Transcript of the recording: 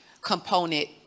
component